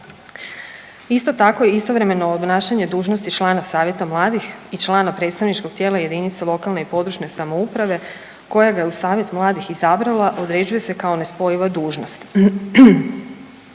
Isto tako, istovremeno obnašanje dužnosti člana savjeta mladih i člana predstavničkog tijela jedinice lokalne i područne samouprave koje ga je u savjet mladih izabrala određuje se kao nespojiva dužnost.